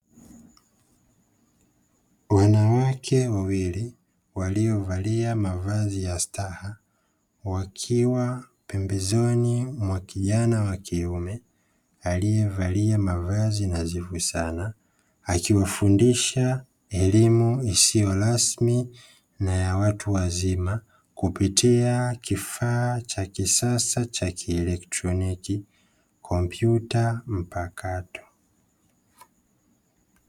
Wanawake wawili waliovalia mavazi ya staha wakiwa pembezoni mwa kijana wa kiume aliyevalia mavazi nadhifu sana, akifundisha elimu isiyo rasmi na ya watu wazima kupitia kifaa cha kisasa cha kielektroniki (kompyuta mpakato).